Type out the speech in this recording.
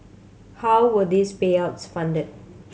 how were these payouts funded